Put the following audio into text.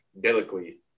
delicately